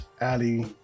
Allie